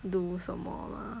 do 什么吗